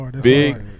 Big